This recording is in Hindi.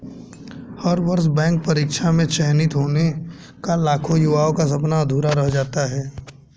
हर वर्ष बैंक परीक्षा में चयनित होने का लाखों युवाओं का सपना अधूरा रह जाता है